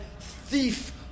thief